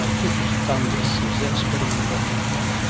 ah chytrid is a fungus. is that spreading in vietnam as well?